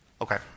Okay